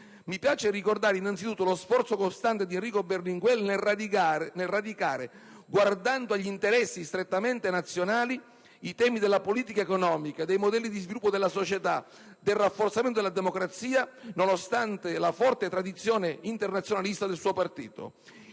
Mi piace ricordare, innanzitutto, lo sforzo costante di Enrico Berlinguer nel radicare, guardando agli interessi strettamente nazionali, i temi della politica economica, dei modelli di sviluppo della società, del rafforzamento della democrazia, nonostante la forte tradizione internazionalista del suo partito,